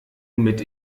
mit